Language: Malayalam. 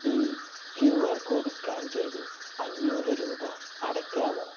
ഈ ക്യു ആർ കോഡ് സ്കാൻ ചെയ്ത് അഞ്ഞൂറ് രൂപ അടയ്ക്കാമോ